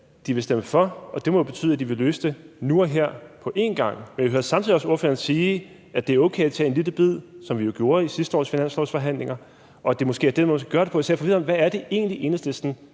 de vil stemme for, og det må jo betyde, at de vil løse det nu og her på én gang. Men jeg hører samtidig også ordføreren sige, at det er okay at tage en lille bid, som vi jo gjorde i sidste års finanslov, og at det måske er den måde, vi skal gøre det på. Så jeg er forvirret over, hvad det egentlig er,